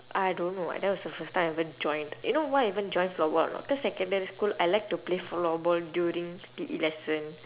I don't know that was the first time I ever joined you know why I even join floorball or not cause secondary school I like to play floorball during P_E lesson